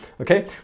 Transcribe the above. okay